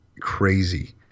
crazy